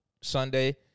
Sunday